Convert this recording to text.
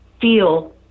feel